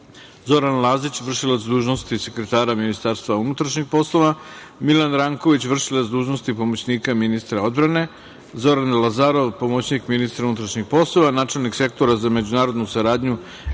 Zoran Lazić, vršilac dužnosti sekretara Ministarstva unutrašnjih poslova, Milan Ranković, vršilac dužnosti pomoćnika ministra odbrane, Zoran Lazarov, pomoćnik ministra unutrašnjih poslova, načelnik Sektora za međunarodnu saradnju,